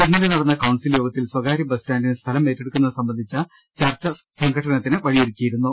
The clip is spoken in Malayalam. ഇന്നലെ നടന്ന കൌൺസിൽ യോഗത്തിൽ സ്വകാര്യ ബസ്സ്റ്റാന്റിന് സ്ഥലം ഏറ്റെടുക്കുന്നത് സംബന്ധിച്ച ചർച്ച സംഘട്ടനത്തിന് വഴി യൊരുക്കിയിരുന്നു